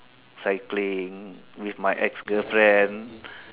cycling with my ex girlfriend